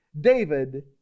David